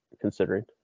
considering